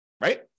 Right